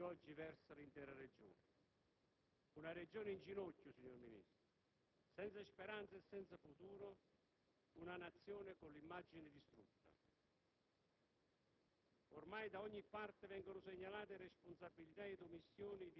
in relazione, soprattutto, alla situazione gravissima in cui oggi versa l'intera Regione, una Regione in ginocchio, signor Ministro, senza speranza e senza futuro che rispecchia una Nazione con l'immagine distrutta.